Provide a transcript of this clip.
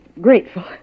grateful